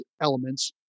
elements